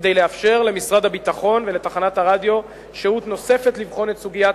כדי לאפשר למשרד הביטחון ולתחנת הרדיו שהות נוספת לבחון את סוגיית